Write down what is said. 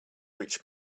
reached